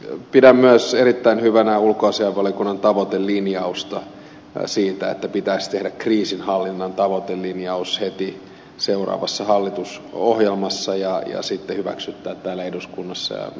pidän myös erittäin hyvänä ulkoasiainvaliokunnan tavoitelinjausta siitä että pitäisi tehdä kriisinhallinnan tavoitelinjaus heti seuraavassa hallitusohjelmassa ja sitten hyväksyttää se täällä eduskunnassa